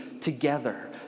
together